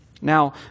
Now